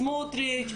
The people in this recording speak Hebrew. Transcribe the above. סמוטריץ,